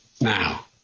now